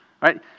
Right